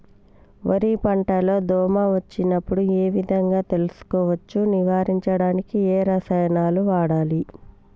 వరి పంట లో దోమ వచ్చినప్పుడు ఏ విధంగా తెలుసుకోవచ్చు? నివారించడానికి ఏ రసాయనాలు వాడాలి?